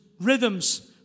Rhythms